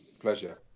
Pleasure